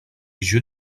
jeux